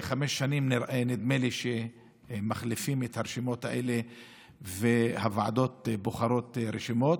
נדמה לי שכל חמש שנים מחליפים את הרשימות האלה והוועדות בוחרות רשימות.